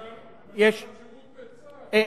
יש, יש למשל השירות בצה"ל.